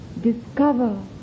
discover